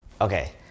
Okay